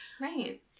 Right